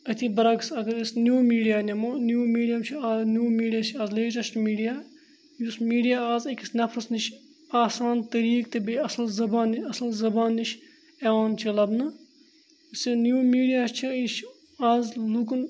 أتھی بَرعکس اگر أسۍ نِو میٖڈیا نِمو نِو میٖڈیا چھُ آ نِو میٖڈیا چھِ آز لیٹٮ۪سٹ میٖڈیا یُس میٖڈیا آز أکِس نَفرَس نِش آسان طریٖقہٕ تہٕ بیٚیہِ اَصٕل زَبان اَصٕل زَبان نِش یِوان چھِ لَبنہٕ یُس یہِ نِو میٖڈیا چھِ یہِ چھِ آز لُکَن